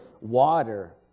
water